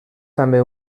també